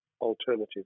alternative